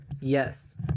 Yes